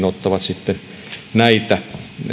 ottavat sitten näitä